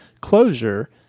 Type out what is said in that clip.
closure